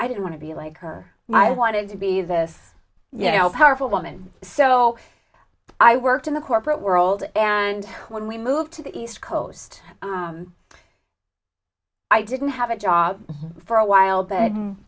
i didn't want to be like her i wanted to be this you know powerful woman so i worked in the corporate world and when we moved to the east coast i didn't have a job for a while but